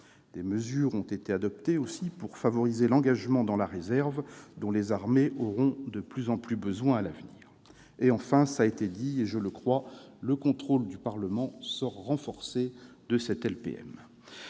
Des mesures ont été adoptées pour favoriser l'engagement dans la réserve, dont les armées auront de plus en plus besoin à l'avenir. Enfin, le contrôle du Parlement sort renforcé de cette LPM.